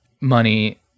money